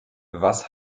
was